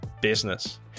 business